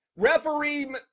Referee